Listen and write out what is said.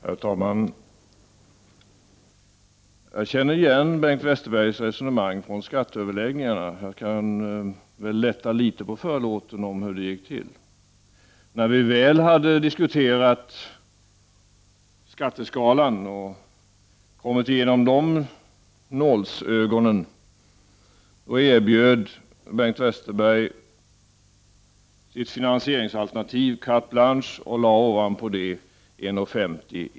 Herr talman! Jag känner igen Bengt Westerbergs resonemang från skatteöverläggningarna. Jag kan lätta litet på förlåten om hur det gick till. När vi väl hade diskuterat skatteskalan och kommit igenom de nålsögonen, erbjöd Bengt Westerberg sitt finansieringsalternativ carte blanche och lade på det 1:50 kr.